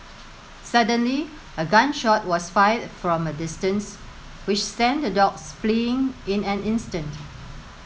suddenly a gun shot was fired from a distance which sent the dogs fleeing in an instant